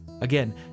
Again